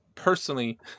personally